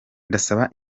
ndasaba